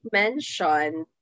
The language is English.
mentioned